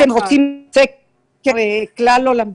אם אתם רוצים את זה ככלל עולמי